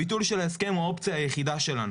הביטול של ההסכם הוא האופציה היחידה שלנו.